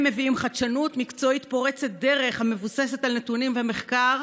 הם מביאים חדשנות מקצועית פורצת דרך המבוססת על נתונים ומחקר,